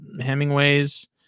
Hemingways